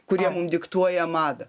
kurie mum diktuoja madą